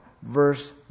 Verse